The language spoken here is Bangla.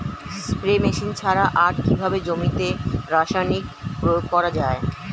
স্প্রে মেশিন ছাড়া আর কিভাবে জমিতে রাসায়নিক প্রয়োগ করা যায়?